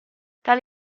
tale